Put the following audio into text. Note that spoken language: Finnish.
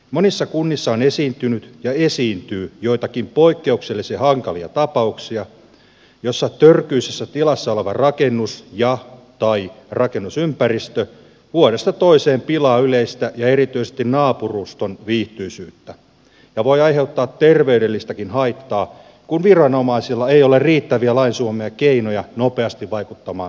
monissa kunnissa on esiintynyt ja esiintyy joitakin poikkeuksellisen hankalia tapauksia joissa törkyisessä tilassa oleva rakennus tai rakennusympäristö vuodesta toiseen pilaa yleistä ja erityisesti naapuruston viihtyisyyttä ja voi aiheuttaa terveydellistäkin haittaa kun viranomaisilla ei ole riittäviä lain suomia keinoja nopeasti vaikuttavaan toimintaan